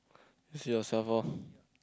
see yourself lor